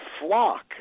flock